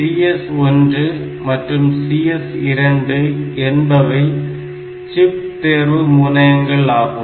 CS1 மற்றும் CS2 என்பவை chip தேர்வு முனையங்கள் ஆகும்